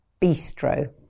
bistro